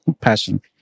Passion